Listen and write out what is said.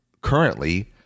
currently